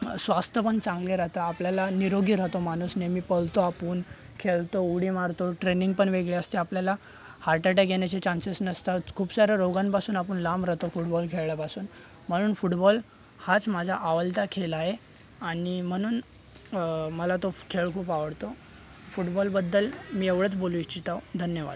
स्वास्थ पण चांगले राहते आपल्याला निरोगी राहतो माणूस नेहमी पळतो आपण खेळतो उडी मारतो ट्रेनिंग पण वेगळी असते आपल्याला हार्ट अटॅक येण्याचे चान्सेस नसतात खूप साऱ्या रोगांपासून आपण लांब राहतो फुटबॉल खेळल्यापासून म्हणून फुटबॉल हाच माझा आवडता खेळ आहे आणि म्हणून मला तो खेळ खूप आवडतो फुटबॉल बद्दल मी एवढंच बोलू इच्छित आहे धन्यवाद